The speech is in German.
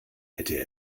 hätte